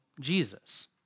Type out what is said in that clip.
Jesus